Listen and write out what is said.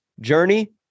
journey